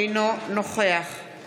אינו נוכח משה